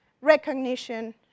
recognition